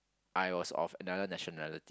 I was of another nationality